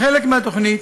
כחלק מהתוכנית,